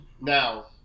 Now